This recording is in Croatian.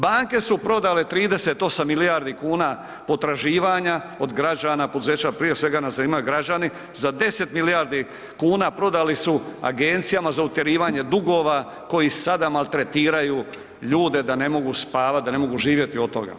Banke su prodale 38 milijardi kuna potraživanja od građana, poduzeća, prije svega nas zanimaju građani, za 10 milijardi kuna prodali su Agencijama za utjerivanje dugova koji sada maltretiraju ljude da ne mogu spavat, da ne mogu živjeti od toga.